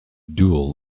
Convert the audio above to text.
dual